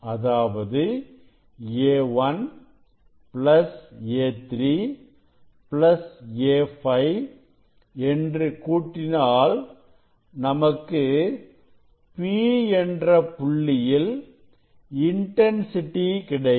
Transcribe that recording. அதாவது A1 plus A3 plus A5 என்று கூட்டினால் நமக்கு P என்ற புள்ளியில் இன்டன்சிட்டி கிடைக்கும்